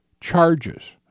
charges